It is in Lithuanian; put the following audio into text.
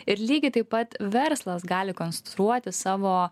ir lygiai taip pat verslas gali konstruoti savo